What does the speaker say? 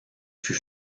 fut